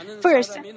First